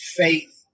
faith